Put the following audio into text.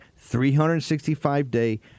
365-day